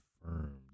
confirmed